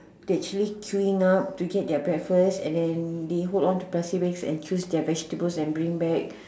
they actually queuing to get their breakfast and then they hold on to plastic bags to choose their vegetables and bring back